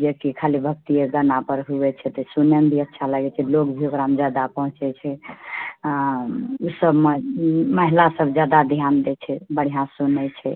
जेकि खालि भक्तिए गाना पर हुऐ छै तऽ सुनएमे भी अच्छा लागैत छै लोक भी ओकरामे जादा पहुँचै छै ई सबमे महिला सब जादा ध्यान दै छै बढ़िआँ सुनै छै